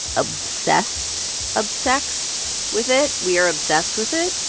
obsessed obsexxed with it. we are obsessed with it.